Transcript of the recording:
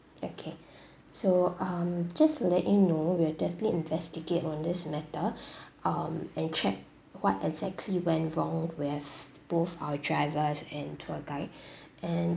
okay so um just to let you know we'll definitely investigate on this matter um and check what exactly went wrong with both our drivers and tour guide and